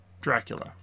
Dracula